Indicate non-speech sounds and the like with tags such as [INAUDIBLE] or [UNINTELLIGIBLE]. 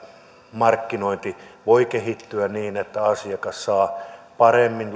markkinointi voi kehittyä niin että asiakas saa paremmin [UNINTELLIGIBLE]